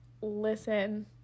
listen